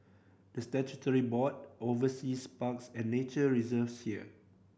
the statutory board oversees parks and nature reserves here